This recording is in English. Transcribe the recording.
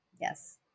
Yes